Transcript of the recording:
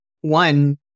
one